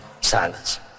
silence